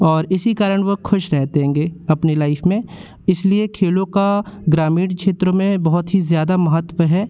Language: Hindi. और इसी कारण वह खुश रहते हैंगे अपनी लैफ में इसलिए खेलों का ग्रामीण क्षेत्रों में बहुत ही ज़ादा महत्व है